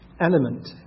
element